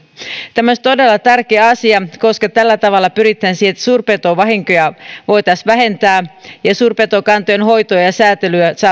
tämä olisi todella tärkeä asia koska tällä tavalla pyritään siihen että suurpetovahinkoja voitaisiin vähentää ja suurpetokantojen hoitoa ja sääntelyä saataisiin